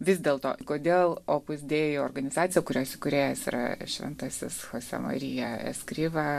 vis dėlto kodėl opus dei organizacija kurios įkūrėjas yra šventasis chosė marija eskriva